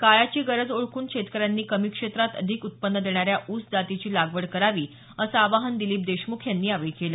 काळाची गरज ओळखून शेतकऱ्यांनी कमी क्षेत्रात अधिक उत्पन्न देणाऱ्या ऊस जातीची लागवड करावी असं आवाहन दिलीप देशमुख यांनी यावेळी केलं